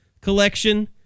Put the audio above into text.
collection